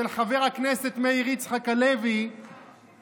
של חבר הכנסת מאיר יצחק הלוי שמנסה